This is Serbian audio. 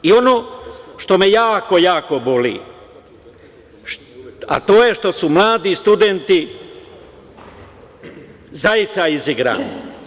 I ono što me jako, jako boli, a to je što su mladi studenti izigrani.